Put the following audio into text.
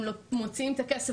הם מוציאים את הכסף,